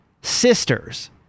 sisters